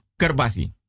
kerbasi